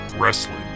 Wrestling